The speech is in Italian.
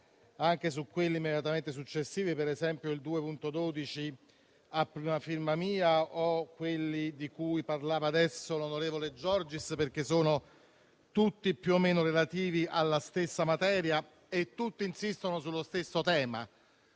anche su quelli immediatamente successivi, come l'emendamento 2.12, a mia prima firma, o quelli di cui parlava adesso l'onorevole Giorgis, perché sono tutti più o meno relativi alla stessa materia e tutti insistono sullo stesso tema.